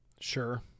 Sure